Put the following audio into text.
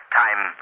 time